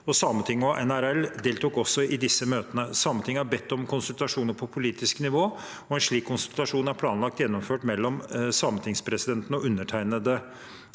Sametinget og NRL deltok også i disse møtene. Sametinget har bedt om konsultasjoner på politisk nivå, og en slik konsultasjon er planlagt gjennomført mellom sametingspresidenten og undertegnede